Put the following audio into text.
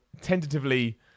tentatively